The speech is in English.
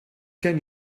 can